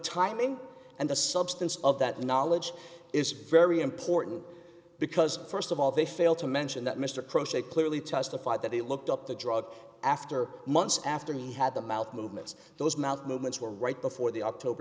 iming and the substance of that knowledge is very important because st of all they fail to mention that mr crocheted clearly testified that he looked up the drug after months after he had the mouth movements those mouth movements were right before the october